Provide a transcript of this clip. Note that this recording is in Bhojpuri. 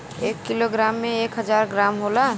एक कीलो ग्राम में एक हजार ग्राम होला